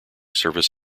service